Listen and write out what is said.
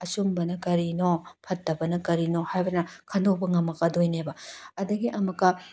ꯑꯆꯨꯝꯕꯅ ꯀꯔꯤꯅꯣ ꯐꯠꯇꯕꯅ ꯀꯔꯤꯅꯣ ꯍꯥꯏꯕꯅ ꯈꯟꯗꯣꯛꯞ ꯉꯝꯃꯛꯀꯗꯣꯏꯅꯦꯕ ꯑꯗꯒꯤ ꯑꯃꯨꯛꯀ